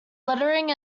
lettering